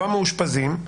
לא המאושפזים,